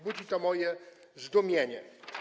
Budzi to moje zdumienie.